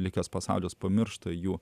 likęs pasaulis pamiršta jų